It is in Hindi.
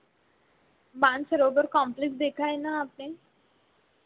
मानसरोवर कॉम्प्लेक्स देखा है ना आपने